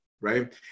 right